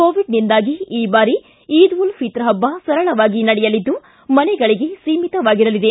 ಕೋವಿಡ್ನಿಂದಾಗಿ ಈ ಬಾರಿ ಈದ್ ಉಲ್ ಫತ್ರ್ ಹಬ್ಬ ಸರಳವಾಗಿ ನಡೆಯಲಿದ್ದು ಮನೆಗಳಿಗೆ ಸೀಮಿತವಾಗಿರಲಿದೆ